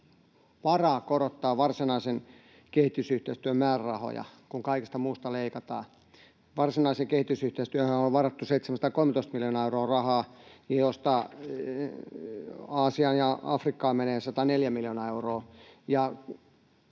varaa korottaa varsinaisen kehitysyhteistyön määrärahoja, kun kaikesta muusta leikataan. Varsinaiseen kehitysyhteistyöhönhän on varattu 713 miljoonaa euroa rahaa, josta Aasiaan ja Afrikkaan menee 104 miljoonaa euroa.